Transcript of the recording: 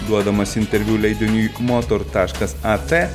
duodamas interviu leidiniui motor taškas at